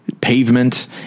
pavement